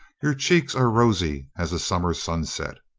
your cheeks are rosy as a summer sunset.